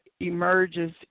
emerges